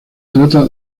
trata